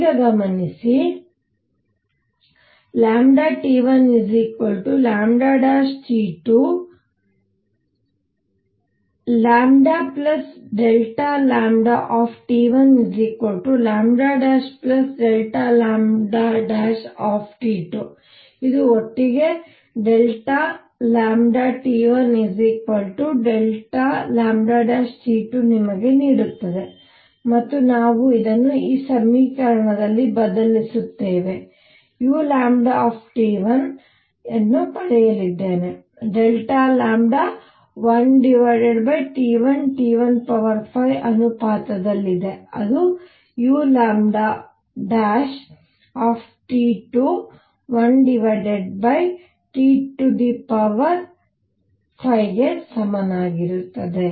ಈಗ ಗಮನಿಸಿT1T2 T1λT2 ಇದು ಒಟ್ಟಿಗೆ T1λT2ನಿಮಗೆ ನೀಡುತ್ತದೆ ಮತ್ತು ನಾವು ಇದನ್ನು ಈ ಸಮೀಕರಣದಲ್ಲಿ ಬದಲಿಸುತ್ತೇವೆ u ಪಡೆಯಲಿದ್ದೇನೆ 1T1T15 ಅನುಪಾತದಲ್ಲಿದೆ ಅದು uλ1T25 ಗೆ ಸಮಾನವಾಗಿರುತ್ತದೆ